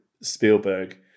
Spielberg